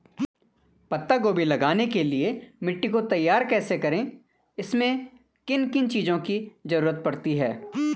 पत्ता गोभी लगाने के लिए मिट्टी को तैयार कैसे करें इसमें किन किन चीज़ों की जरूरत पड़ती है?